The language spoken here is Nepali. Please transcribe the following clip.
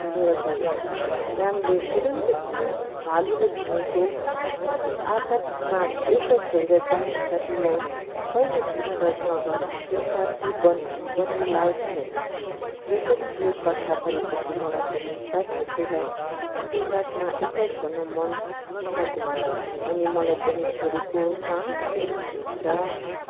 भनेर गयो श्यामले तुरुन्तै भन्यो भालुले भनेको आफतमा एक्लै छोडेर जाने साथीलाई कहिल्यै विश्वास नगर त्यो साथी बन् बन्ने लायक छैन यसरी यो कथा पढेपछि मलाई पनि साथीहरूलाई विपतमा एक्लै छोड्नु मनपर्दैन अनि मलाई पनि छोडेकोमा रिस उठ्छ